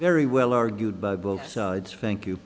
very well argued by both sides frank you